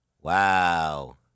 Wow